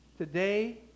today